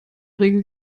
regel